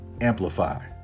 Amplify